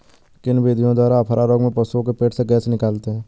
किन विधियों द्वारा अफारा रोग में पशुओं के पेट से गैस निकालते हैं?